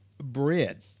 bread